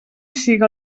siga